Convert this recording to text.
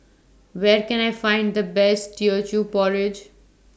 Where Can I Find The Best Teochew Porridge